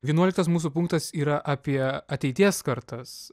vienuoliktas mūsų punktas yra apie ateities kartas